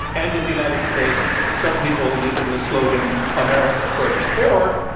and in the united states, some people using the slogan, america first? or,